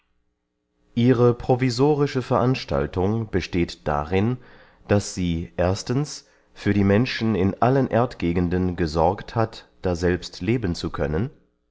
ihre provisorische veranstaltung besteht darin daß sie erstens für die menschen in allen erdgegenden gesorgt hat daselbst leben zu können